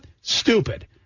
stupid